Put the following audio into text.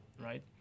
right